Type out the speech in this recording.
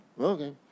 Okay